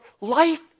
life